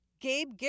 Gabe